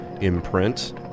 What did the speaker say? imprint